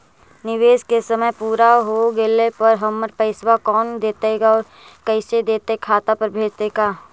निवेश के समय पुरा हो गेला पर हमर पैसबा कोन देतै और कैसे देतै खाता पर भेजतै का?